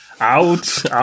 out